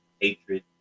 hatred